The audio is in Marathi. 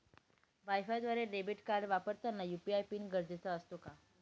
वायफायद्वारे डेबिट कार्ड वापरताना यू.पी.आय पिन गरजेचा असतो का?